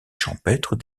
champêtre